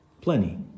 Plenty